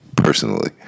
Personally